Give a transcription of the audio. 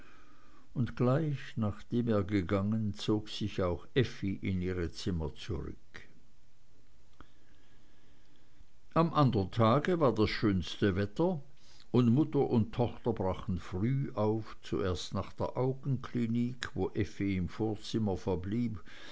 und gleich nachdem er gegangen zog sich auch effi in ihre zimmer zurück am andern tage war das schönste wetter und mutter und tochter brachen früh auf zunächst nach der augenklinik wo effi im vorzimmer verblieb